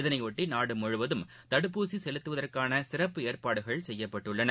இதனையொட்டி நாடு முழுவதும் தடுப்பூசி செலுத்துவதற்கான சிறப்பு ஏற்பாடுகள் செய்யப்பட்டுள்ளன